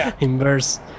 Inverse